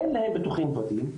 אין להם ביטוחים פרטיים,